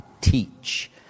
teach